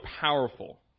powerful